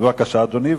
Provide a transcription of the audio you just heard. בבקשה, אדוני.